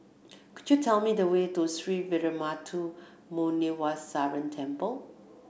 could you tell me the way to Sree Veeramuthu Muneeswaran Temple